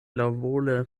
laŭvole